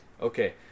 okay